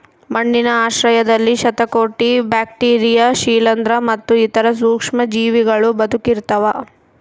ಮಣ್ಣಿನ ಆಶ್ರಯದಲ್ಲಿ ಶತಕೋಟಿ ಬ್ಯಾಕ್ಟೀರಿಯಾ ಶಿಲೀಂಧ್ರ ಮತ್ತು ಇತರ ಸೂಕ್ಷ್ಮಜೀವಿಗಳೂ ಬದುಕಿರ್ತವ